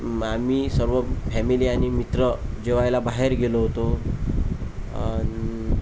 मामी सर्व फॅमिली आणि मित्र जेवायला बाहेर गेलो होतो अन्